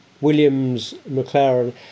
Williams-McLaren